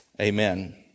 amen